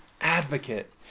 advocate